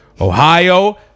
Ohio